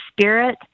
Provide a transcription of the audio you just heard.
spirit